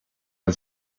man